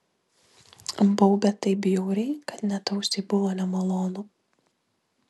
baubė taip bjauriai kad net ausiai buvo nemalonu